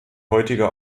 heutige